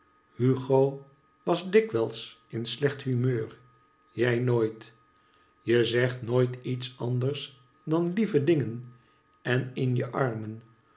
hugo was dikwijls in slecht humeur jij nooit je zegt nooit iets anders dan lieve dingen en in je armen